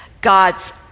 God's